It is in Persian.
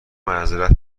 معذرت